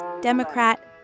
Democrat